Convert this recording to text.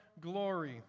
glory